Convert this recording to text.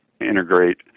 integrate